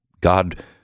God